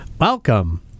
welcome